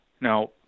Now